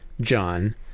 John